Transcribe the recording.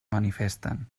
manifesten